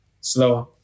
slower